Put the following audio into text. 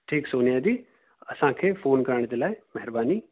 ठीकु सोनिया जी असांखे फ़ोन करण जे लाइ महिरबानी